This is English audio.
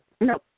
No